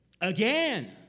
Again